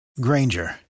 Granger